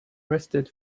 rested